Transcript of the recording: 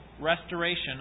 restoration